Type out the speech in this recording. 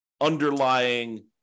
underlying